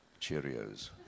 Cheerios